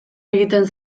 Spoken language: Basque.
egiten